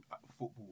football